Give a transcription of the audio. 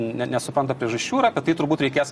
ne nesupranta priežasčių yra kad tai turbūt reikės